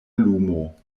lumo